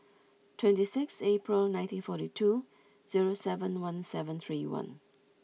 twenty six April nineteen forty two zero seven one seven three one